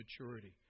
maturity